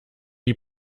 die